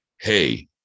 hey